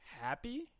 happy